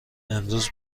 امروز